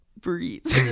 breeds